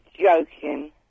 joking